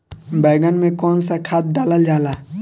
बैंगन में कवन सा खाद डालल जाला?